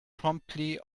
promptly